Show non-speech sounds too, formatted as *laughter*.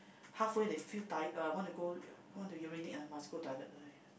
halfway they feel tired uh want to go want to urinate ah must go toilet !aiyo! *noise*